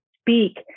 speak